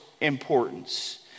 importance